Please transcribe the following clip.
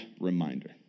reminder